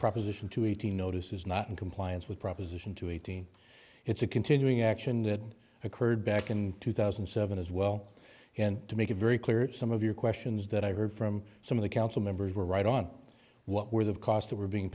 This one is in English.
proposition two eighteen notice is not in compliance with proposition two eighteen it's a continuing action that occurred back in two thousand and seven as well and to make it very clear that some of your questions that i heard from some of the council members were right on what were the cost that were being